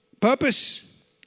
Purpose